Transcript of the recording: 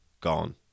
gone